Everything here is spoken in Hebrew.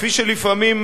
כפי שלפעמים,